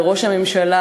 וראש הממשלה,